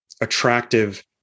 attractive